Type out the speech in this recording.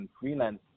freelance